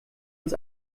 uns